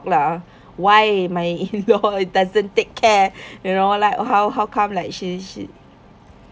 lah why my in-law doesn't take care you know like how how come like she she